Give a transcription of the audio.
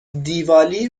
دیوالی